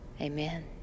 Amen